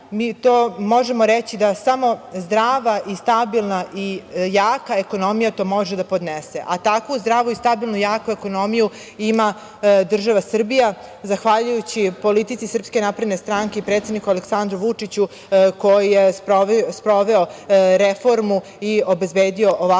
mera, možemo reći da samo zdrava, stabilna i jaka ekonomija to može da podnese. Takvu zdravu, stabilnu i jaku ekonomiju ima država Srbija, zahvaljujući politici SNS i predsedniku Aleksandru Vučiću koji je sproveo reformu i obezbedio ovakvu